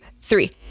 three